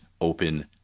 open